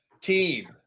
Team